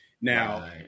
Now